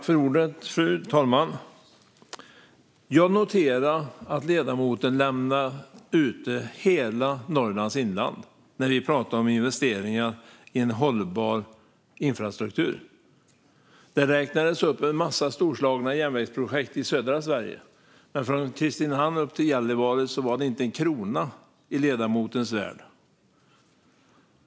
Fru talman! Jag noterade att ledamoten utelämnade hela Norrlands inland när vi pratade om investeringar i en hållbar infrastruktur. Det räknades upp en massa storslagna järnvägsprojekt i södra Sverige, men från Kristinehamn upp till Gällivare fanns det inte en krona i ledamotens värld.